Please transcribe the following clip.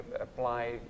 apply